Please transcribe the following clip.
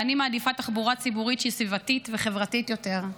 ואני מעדיפה תחבורה ציבורית שהיא סביבתית וחברתית יותר,